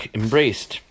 embraced